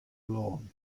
lawn